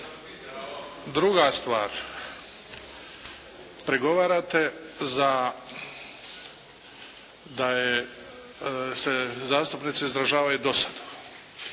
Druga stvar. Prigovarate za da je se zastupnici izražavaju dosadno,